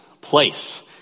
place